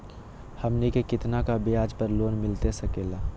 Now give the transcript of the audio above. हमनी के कितना का ब्याज पर लोन मिलता सकेला?